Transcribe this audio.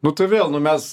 nu tai vėl nu mes